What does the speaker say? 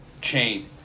chain